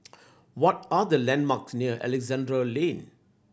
what are the landmarks near Alexandra Lane